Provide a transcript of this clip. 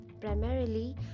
Primarily